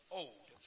old